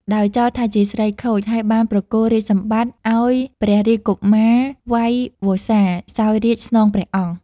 ដោយចោទថាជាស្រីខូច ហើយបានប្រគល់រាជសម្បត្តិឲ្យព្រះរាជកុមារវៃវង្សា សោយរាជ្យស្នងព្រះអង្គ។